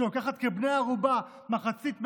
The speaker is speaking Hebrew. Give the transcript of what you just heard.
שלוקחת בני ערובה מחצית מהעם,